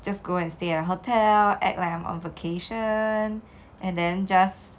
just go and stay hotel act like I'm on vacation and then just